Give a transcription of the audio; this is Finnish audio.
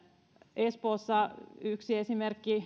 espoosta yksi esimerkki